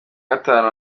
gatanu